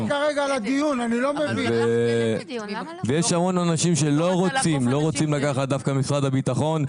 יש המון אנשים שלא רוצים לקחת דווקא ממשרד הביטחון,